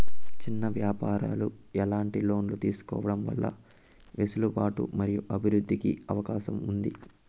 చిన్న వ్యాపారాలు ఎట్లాంటి లోన్లు తీసుకోవడం వల్ల వెసులుబాటు మరియు అభివృద్ధి కి అవకాశం ఉంది?